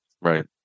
right